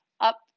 up